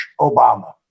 Obama